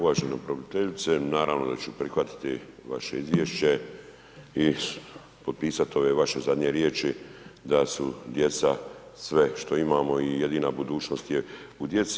Uvažena pravobraniteljice, naravno da ćemo prihvatiti vaše izvješće i potpisati ove vaše zadnje riječi da su djeca sve što imamo i jedina budućnost je u djeci.